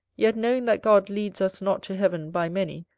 yet knowing that god leads us not to heaven by many,